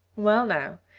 well now,